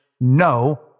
no